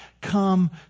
come